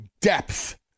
depth